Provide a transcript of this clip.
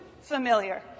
familiar